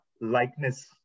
likeness